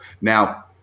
Now